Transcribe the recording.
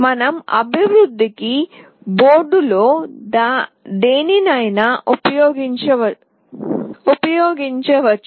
మన అభివృద్ధికి బోర్డులలో దేనినైనా ఉపయోగించవచ్చు